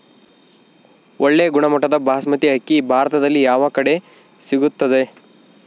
ಒಳ್ಳೆ ಗುಣಮಟ್ಟದ ಬಾಸ್ಮತಿ ಅಕ್ಕಿ ಭಾರತದಲ್ಲಿ ಯಾವ ಕಡೆ ಸಿಗುತ್ತದೆ?